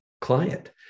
client